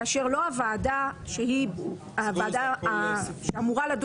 כאשר לא הוועדה שהיא הוועדה שאמורה לדון